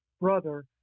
brother